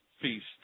feast